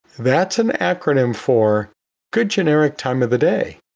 that's an acronym for good, generic time of the day,